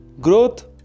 Growth